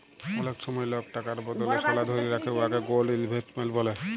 অলেক সময় লক টাকার বদলে সলা ধ্যইরে রাখে উয়াকে গোল্ড ইলভেস্টমেল্ট ব্যলে